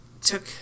took